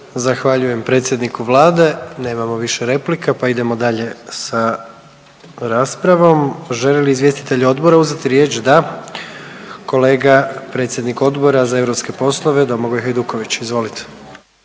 Zahvaljujem predsjedniku Vlade, nemamo više replika, pa idemo dalje sa raspravom. Želi li izvjestitelj odbora uzeti riječ? Da, kolega predsjednik Odbora za europske poslove Domagoj Hajduković. Izvolite.